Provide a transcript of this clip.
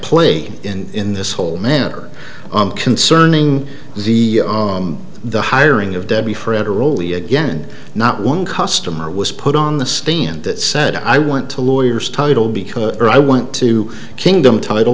play in this whole manner concerning the the hiring of debbie forever rolly again not one customer was put on the stand that said i want to lawyers title because i want to kingdom title